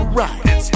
right